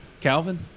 Calvin